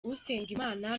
usengimana